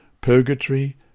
Purgatory